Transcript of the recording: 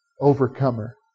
Overcomer